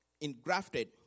engrafted